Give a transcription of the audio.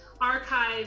archive